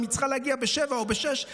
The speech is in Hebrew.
אם היא צריכה להגיע ב-19:00 או ב-18:00,